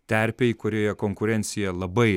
terpėj kurioje konkurencija labai